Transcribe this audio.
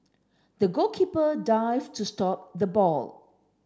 the goalkeeper dived to stop the ball